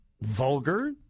vulgar